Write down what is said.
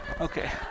Okay